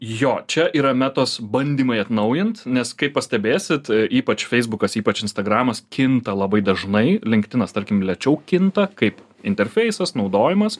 jo čia yra metos bandymai atnaujint nes kaip pastebėsit ypač feisbukas ypač instagramas kinta labai dažnai linkedinas tarkim lėčiau kinta kaip interfeisas naudojimas